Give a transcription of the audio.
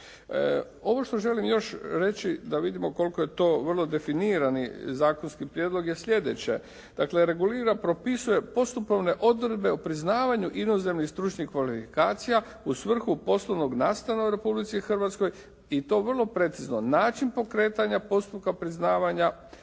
Ovo što želim još reći, da vidimo koliko je to vrlo definirani zakonski prijedlog je sljedeće: dakle regulira, propisuje postupovne odredbe o priznavanju inozemnih stručnih kvalifikacija u svrhu poslovnog nastana u Republici Hrvatskoj i to vrlo precizno. Način pokretanja postupka priznavanja,